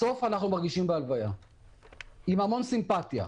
בסוף אנחנו מרגישים בלוויה עם המון סימפטיה,